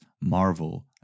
Marvel